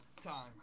time